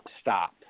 stop